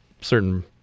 certain